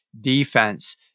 defense